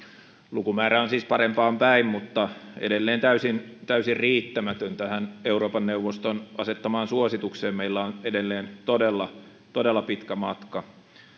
lukumäärä on siis parempaan päin mutta edelleen täysin täysin riittämätön tähän euroopan neuvoston asettamaan suositukseen meillä on edelleen todella todella pitkä matka